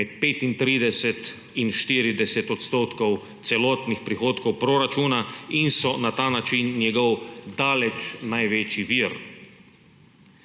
med 35 in 40 odstotkov celotnih prihodkov proračuna in so na ta način njegov daleč največji vir.